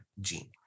gene